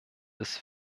des